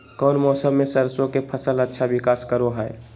कौन मौसम मैं सरसों के फसल अच्छा विकास करो हय?